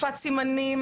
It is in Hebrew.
שפת סימנים,